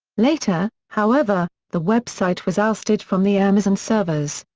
later, however, the website was ousted from the amazon servers.